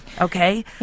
Okay